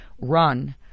run